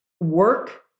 work